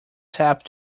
sap